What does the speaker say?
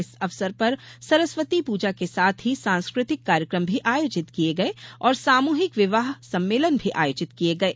इस अवसर पर सरस्वती पूजा के साथ ही सांस्कृतिक कार्यक्रम भी आयोजित किये गये और सामूहिक विवाह विवाह सम्मेलन भी आयोजित किये गये